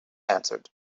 answered